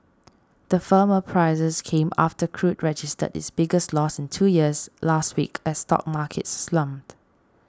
the firmer prices came after crude registered its biggest loss in two years last week as stock markets slumped